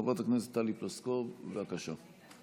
חברת הכנסת טלי פלוסקוב, בבקשה.